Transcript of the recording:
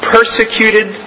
Persecuted